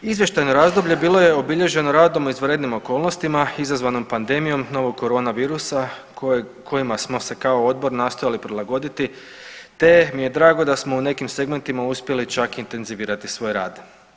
Izvještajno razdoblje bilo je obilježeno radom u izvanrednim okolnostima izazvanom pandemijom novog koronavirusa kojima smo se kao odbor nastojali prilagoditi, te mi je drago da smo u nekim segmentima uspjeli čak intenzivirati svoj rad.